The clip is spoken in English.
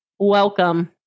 Welcome